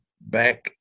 back